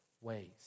ways